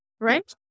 right